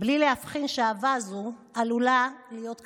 בלי להבחין שאהבה זו עלולה להיות קטלנית.